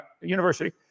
University